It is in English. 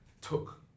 took